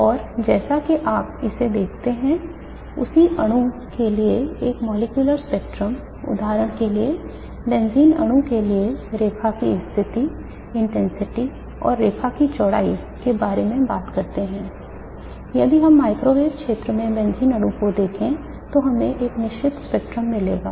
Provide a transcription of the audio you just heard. और जैसा कि आप इसे देखते हैं उसी अणु के लिए एक मॉलिक्यूलर स्पेक्ट्रम उदाहरण के लिए हम बेंजीन अणु के लिए रेखा की स्थिति इंटेंसिटी और रेखा की चौड़ाई के बारे में बात करते हैं यदि हम माइक्रोवेव क्षेत्र में बेंजीन अणु को देखें तो हमें एक निश्चित स्पेक्ट्रम मिलेगा